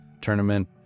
tournament